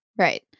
Right